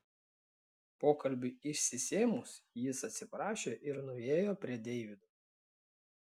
pokalbiui išsisėmus jis atsiprašė ir nuėjo prie deivido